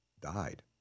died